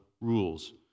rules